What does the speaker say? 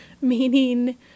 Meaning